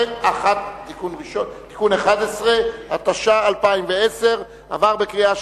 11), התש"ע 2010, נתקבל.